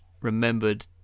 remembered